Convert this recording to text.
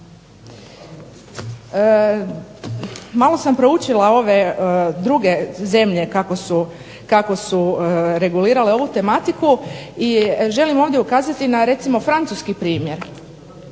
Malo sam proučila ove druge zemlje kako su regulirale ovu tematiku i želim ovdje ukazati recimo na francuski primjer